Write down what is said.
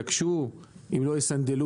יקשו אם לא יסנדלו,